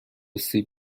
سیب